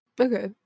Okay